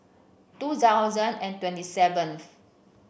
two thousand and twenty seventh